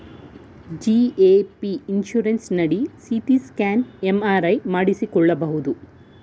GAP insurance ನಡಿ CT scan, MRI ಮಾಡಿಸಿಕೊಳ್ಳಬಹುದು